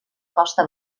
costa